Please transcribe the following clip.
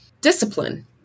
discipline